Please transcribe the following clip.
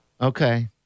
Okay